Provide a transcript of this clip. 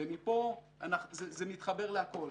ומפה זה מתחבר להכול,